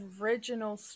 original